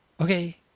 Okay